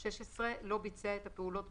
אני אעשה בדיקת עומק,